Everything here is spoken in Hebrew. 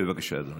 בבקשה, אדוני.